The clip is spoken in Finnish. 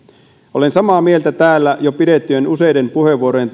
olen samaa mieltä täällä jo pidettyjen useiden puheenvuorojen